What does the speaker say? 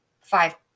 five